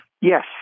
Yes